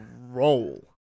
Roll